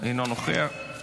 אינה נוכחת,